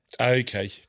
Okay